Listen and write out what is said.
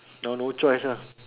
now no choice lah